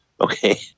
Okay